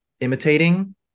imitating